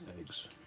eggs